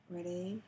Ready